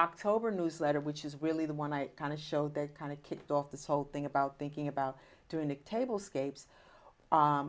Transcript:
october newsletter which is really the one i kind of show that kind of kicked off this whole thing about thinking about doing a table scapes or